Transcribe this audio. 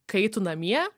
kai tu namie